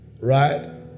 Right